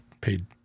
paid